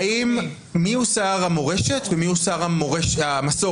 שאלה לפני: מיהו שר המורשת ומיהו שר המסורת?